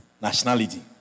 Nationality